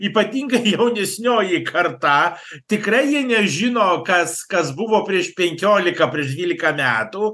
ypatingai jaunesnioji karta tikrai jie nežino kas kas buvo prieš penkiolika dvyliką metų